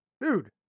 Dude